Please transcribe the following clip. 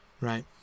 right